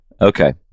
Okay